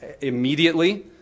immediately